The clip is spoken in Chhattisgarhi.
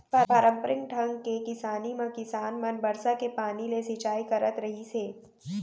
पारंपरिक ढंग के किसानी म किसान मन बरसा के पानी ले सिंचई करत रहिस हे